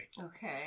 Okay